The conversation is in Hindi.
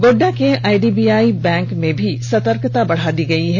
गोड्डा के आईडीबीआई बैंक में भी सतर्कता बढ़ा दी गई है